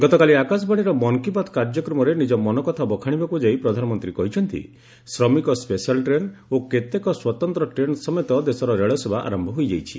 ଗତକାଲି ଆକାଶବାଶୀର ମନ୍ କି ବାତ୍ କାର୍ଯ୍ୟକ୍ରମରେ ନିକ ମନକଥା ବଖାଣିବାକୁ ଯାଇ ପ୍ରଧାନମନ୍ତ୍ରୀ କହିଛନ୍ତି ଶ୍ରମିକ ସ୍ୱେଶାଲ ଟ୍ରେନ୍ ଓ କେତେକ ସ୍ୱତନ୍ତ ଟ୍ରେନ୍ ସମେତ ଦେଶରେ ରେଳସେବା ଆରମ୍ଭ ହୋଇଯାଇଛି